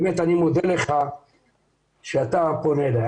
באמת אני מודה לך שאתה פונה אליי.